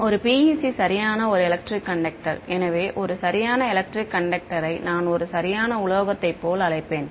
ஒரு PEC சரியான ஒரு எலக்ட்ரிக் கண்டக்டர் எனவே ஒரு சரியான எலக்ட்ரிக் கண்டக்டரை நான் ஒரு சரியான உலோகத்தை போல் அழைப்பேன்